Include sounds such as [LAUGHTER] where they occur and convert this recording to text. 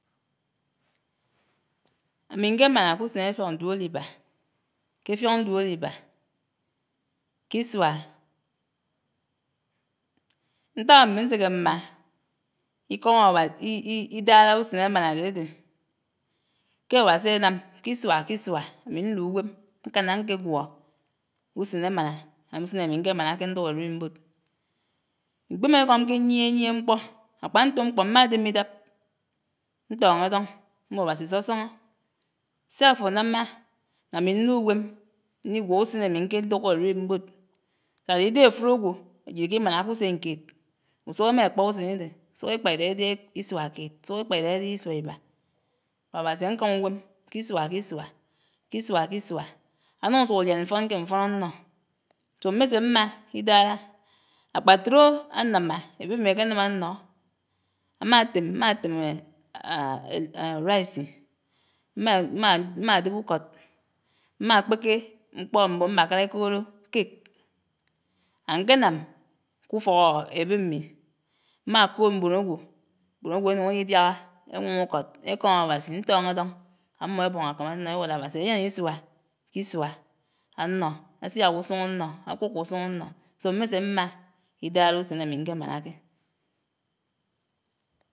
Ámi ñké máná k'usen áffióñ duolíbà k'affióñ duolíbà k'ísuá. Ñtak ámi ñséké mmá íkóm [UNINTELLIGIBLE] ídárá usen émáná adé ádèdè kè Áwásí ánám kísuà kísuà àmi ñl'uwem ñkáná ñkegwó usen émáná usen ámi ñkémánáké ñduk àririmbòd. Mkpímáékóm ké yièyiè mkpó, ákpá ñtò mkpó mmá dèmè ídáb ñtóñó édóñ mmò Áwási sósóñó sáfònámá ámí ñn'uwem ñígwó usen ámí ñké dukó áririmbòd sádé ídegé afurògwò ájid íkímáná usenkéd, usugó émá ékpá usenídé, usuk ékpá idágá édégé ísuá kéd, usuk ékpá ídágá édégé ísuá íbá, Áwási áñkámá uwem kísuá kísuá, kísuá kísuá ánuñ ásuñ álián mfon kè mfon ánnó, so mmé sémmá ídárá. Ákpáturò ánámmá éb'émi akénám ánó ámátém mmátém [HESITATION] risí [HESITATION] mmá dèb ukód, mmá kpéké mkpó mmon mbákárá ékodó cake, áñkénám k'ufók ébé mmi, mmákòd mbòn ágwo, mbòn ágwo énuñ edidáigá, éwóñ ukód, ékóm Áwásí ñntóñó édóñ ámmó ébóñ ákám énnó éwó l'Áwásí álián ísuá k'ísuá ánnó, ásiák usuñ ánnó, ákukó usuñ ánnó, so mmé sémmá ídárá usén ámi ñkemáná ké.